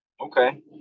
Okay